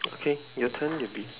okay your turn will be